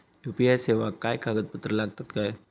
UPI सेवाक काय कागदपत्र लागतत काय?